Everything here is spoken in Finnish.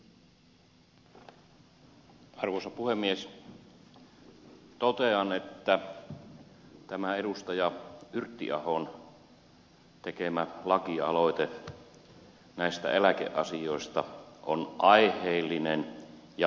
totean että tämä edustaja yrttiahon tekemä lakialoite näistä eläkeasioista on aiheellinen ja hyvä